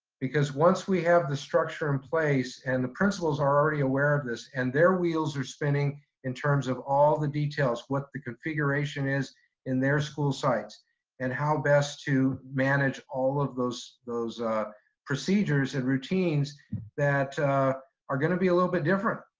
because once we have the structure in place and the principals are already aware of this, and their wheels are spinning in terms of all the details, what the configuration is in their school sites and how best to manage all of those those procedures and routines that are going to be a little bit different.